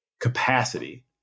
capacity